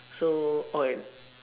so okay